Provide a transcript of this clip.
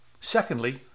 secondly